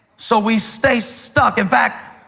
so we stay stuck. in fact,